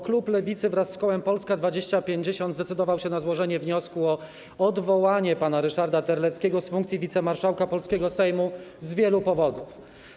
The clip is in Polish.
Klub Lewicy wraz z kołem Polska 2050 zdecydował się na złożenie wniosku o odwołanie pana Ryszarda Terleckiego z funkcji wicemarszałka polskiego Sejmu z wielu powodów.